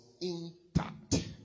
intact